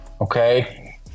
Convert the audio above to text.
Okay